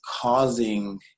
causing